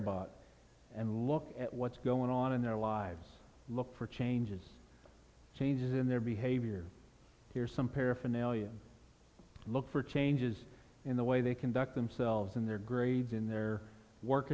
about and look at what's going on in their lives look for changes changes in their behavior here some paraphernalia look for changes in the way they conduct themselves in their grades in their work